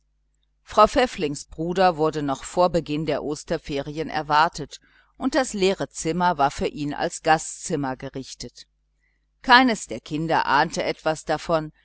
frau pfäfflings bruder wurde noch vor beginn der osterferien erwartet und das leere zimmer war für ihn als gastzimmer gerichtet keines der kinder ahnte etwas davon